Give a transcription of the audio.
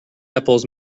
apples